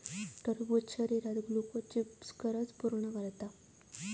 टरबूज शरीरात ग्लुकोजची गरज पूर्ण करता